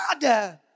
God